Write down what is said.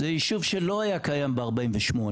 זה יישוב שלא היה קיים ב-48',